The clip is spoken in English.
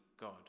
God